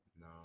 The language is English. no